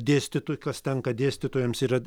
dėstytojų kas tenka dėstytojams ir